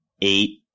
eight